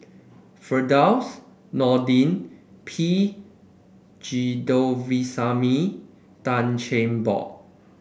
Firdaus Nordin P Govindasamy Tan Cheng Bock